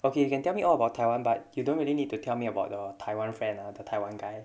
okay you can tell me all about taiwan but you don't really need to tell me about the taiwan friend ah the taiwan guy